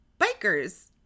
bikers